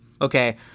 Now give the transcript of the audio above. Okay